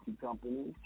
companies